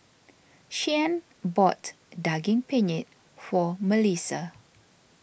Shyann bought Daging Penyet for Malissa